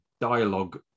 Dialogue